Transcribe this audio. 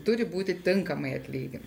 turi būti tinkamai atlyginta